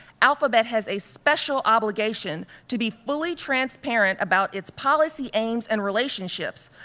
alphabet has a special obligation to be fully transparent about its policy aims and relationships,